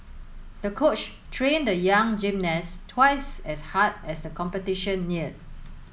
the coach trained the young gymnast twice as hard as the competition neared